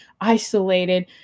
isolated